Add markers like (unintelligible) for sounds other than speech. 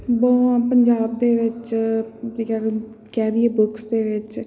ਬਹੁਤ ਪੰਜਾਬ ਦੇ ਵਿੱਚ (unintelligible) ਕਹਿ ਦੇਈਏ ਬੁੱਕਸ ਦੇ ਵਿੱਚ